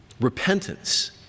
repentance